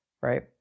right